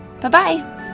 Bye-bye